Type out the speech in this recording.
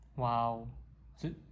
!wow!